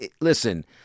listen